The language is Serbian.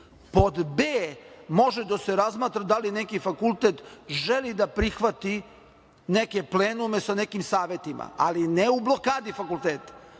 b) može da se razmatra da li neki fakulteta želi da prihvati neke plenume sa nekim savetima, ali ne u blokadi fakulteta,